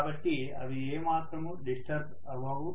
కాబట్టి అవి ఏ మాత్రమూ డిస్టర్బ్ అవవు